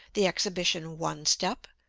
the exhibition one step,